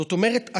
זאת אומרת,